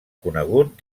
conegut